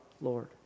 Lord